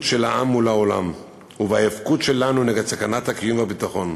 של העם מול העולם ובהיאבקות שלנו נגד סכנת הקיום והביטחון.